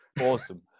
Awesome